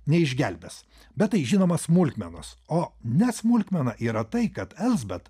neišgelbės bet tai žinoma smulkmenos o ne smulkmena yra tai kad elsbet